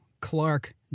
Clark